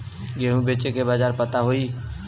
गेहूँ बेचे के बाजार पता होई?